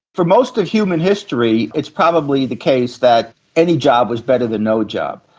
for most of human history it's probably the case that any job was better than no job.